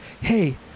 hey